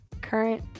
current